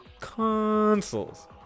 consoles